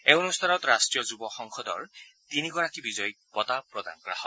এই অনুষ্ঠানত ৰাষ্ট্ৰীয় যুৱ সংসদৰ তিনিগৰাকী বিজয়ীক বঁটা প্ৰদান কৰা হয়